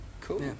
Cool